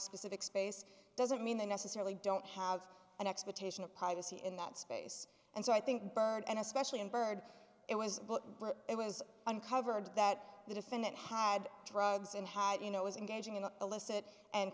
specific space doesn't mean they necessarily don't have an expectation of privacy in that space and so i think bird and especially in bird it was it was uncovered that the defendant had drugs and had you know was engaging in an illicit and